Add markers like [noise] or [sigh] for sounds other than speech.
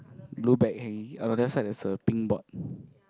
blue bag hanging on the other side there is a pink board [breath]